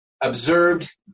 observed